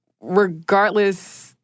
regardless